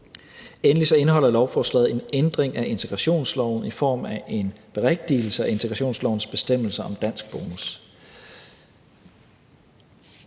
Endelig indeholder lovforslaget en ændring af integrationsloven i form af en berigtigelse af integrationslovens bestemmelser om dansk bonus.